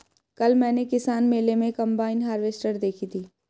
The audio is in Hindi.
कल मैंने किसान मेले में कम्बाइन हार्वेसटर देखी थी